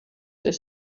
their